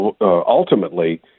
ultimately